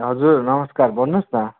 हजुर नमस्कार भोन्नुहोस् न